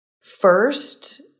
First